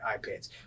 iPads